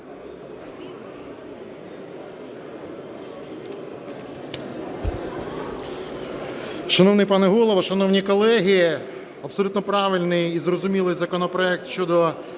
Шановний пане Голово, шановні колеги! Абсолютно правильний і зрозумілий законопроект щодо